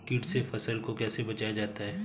कीट से फसल को कैसे बचाया जाता हैं?